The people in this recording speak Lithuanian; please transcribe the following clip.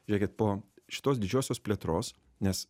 žiūrėkit po šitos didžiosios plėtros nes